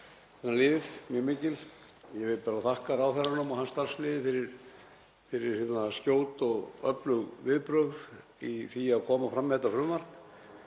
þennan lið mjög mikið. Ég vil bara þakka ráðherranum og hann starfsliði fyrir skjót og öflug viðbrögð í því að koma fram með þetta frumvarp.